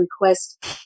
request